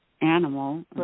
animal